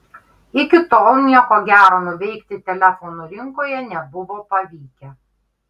iki tol nieko gero nuveikti telefonų rinkoje nebuvo pavykę